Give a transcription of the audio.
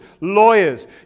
lawyers